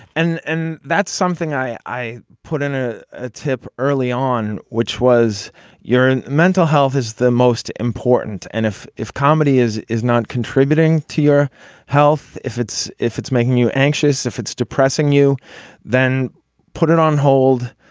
and and that's something i i put in a ah tip early on which was urine. mental health is the most important and if if comedy is is not contributing to your health. if it's if it's making you anxious if it's depressing you then put it on hold.